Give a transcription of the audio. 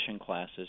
classes